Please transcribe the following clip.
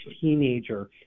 teenager